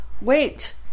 wait